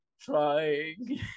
trying